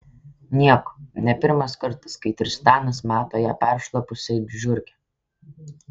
nieko ne pirmas kartas kai tristanas mato ją peršlapusią it žiurkę